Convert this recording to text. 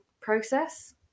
process